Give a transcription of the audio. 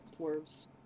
dwarves